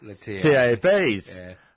T-A-Bs